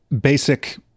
basic